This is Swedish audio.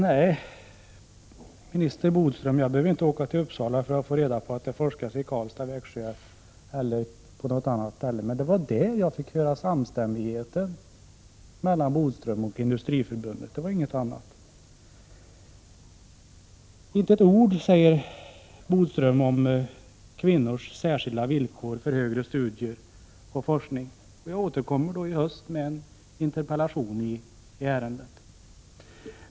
Herr talman! Nej, minister Bodström, jag behöver inte åka till Uppsala för att få reda på att det forskas i Karlstad, Växjö eller något annat ställe. Men där fick jag höra samstämmigheten mellan Bodström och Industriförbundet. Det var inget annat. Inte ett ord säger Lennart Bodström om kvinnors särskilda villkor för högre studier och forskning. Jag återkommer då i höst med en interpellation i ärendet.